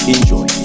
Enjoy